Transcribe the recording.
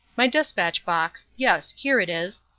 my despatch box, yes, here it is.